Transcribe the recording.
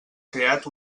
creat